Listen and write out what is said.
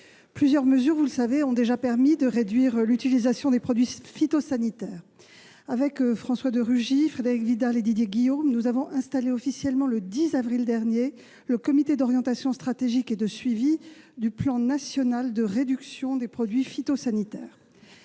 vous le savez, ont déjà permis de réduire l'utilisation des produits phytosanitaires. Avec François de Rugy, Frédérique Vidal et Didier Guillaume, j'ai installé officiellement le 10 avril dernier le comité d'orientation stratégique et de suivi du plan national de réduction des produits phytosanitaires.